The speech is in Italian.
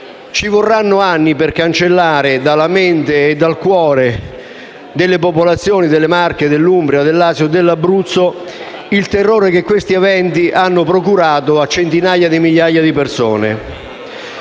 Ci vorranno anni per cancellare dalla mente e dal cuore delle popolazioni delle Marche, dell'Umbria, del Lazio e dell'Abruzzo il terrore che tali eventi hanno procurato a centinaia di migliaia di persone.